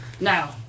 Now